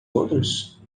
outros